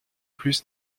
plus